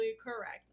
correct